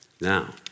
Now